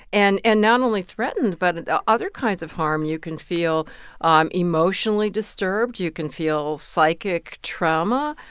and and not only threatened, but and ah other kinds of harm. you can feel um emotionally disturbed. you can feel psychic trauma,